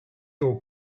aux